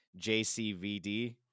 jcvd